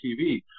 TV